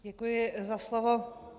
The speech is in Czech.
Děkuji za slovo.